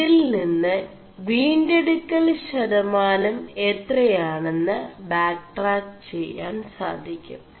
ഇതിൽ നിM് വീെടു ൽ ശതമാനം എ4തയാെണM് ബാ ്4ടാ ് െചാൻ സാധി ും